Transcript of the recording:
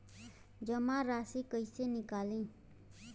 जमा राशि कइसे निकली?